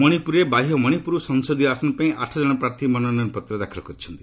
ମଣିପୁରରେ ବାହ୍ୟ ମଣିପୁର ସଂସଦୀୟ ଆସନ ପାଇଁ ଆଠକ୍କଣ ପ୍ରାର୍ଥୀ ମନୋନୟନପତ୍ର ଦାଖଲ କରିଛନ୍ତି